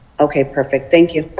okay, perfect. thank you?